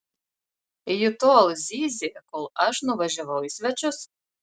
ji tol zyzė kol aš nuvažiavau į svečius